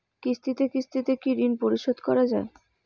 কিস্তিতে কিস্তিতে কি ঋণ পরিশোধ করা য়ায়?